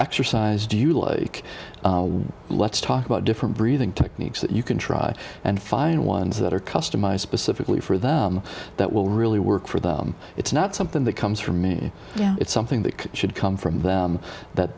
exercise do you like let's talk about different breathing techniques that you can try and find ones that are customized specifically for them that will really work for them it's not something that comes from me it's something that should come from them